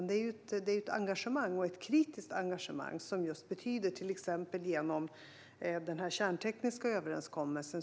Det finns ett engagemang - ett kritiskt engagemang - till exempel den kärntekniska överenskommelsen.